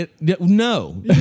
No